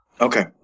Okay